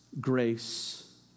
grace